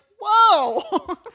whoa